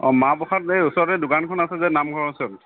অ মাহ প্ৰসাদ সেই ওচৰতে দোকানখন আছে যে নামঘৰৰ ওচৰত